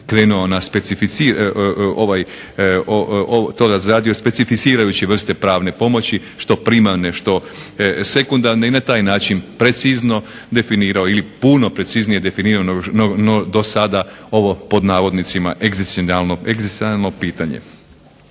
krenuo na, to razradio specificirajući vrste pravne pomoći, što primarne što sekundarne, i na taj način precizno definirao, ili puno preciznije definirano no do sada ovo pod navodnicima egzistencijalno pitanje.